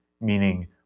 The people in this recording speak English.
meaning